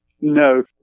No